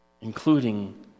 including